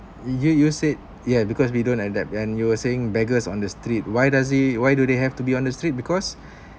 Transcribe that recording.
you use it yeah because we don't adapt and you were saying beggars on the street why does he why do they have to be on street because